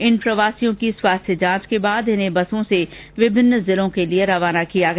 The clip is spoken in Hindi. इन प्रवासियों की स्वास्थ्य जांच के बाद इन्हें बसों से विभिन्न जिलों के लिए रवाना किया गया